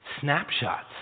snapshots